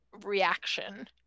reaction